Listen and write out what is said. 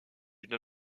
une